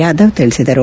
ಯಾದವ್ ತಿಳಿಸಿದರು